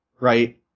Right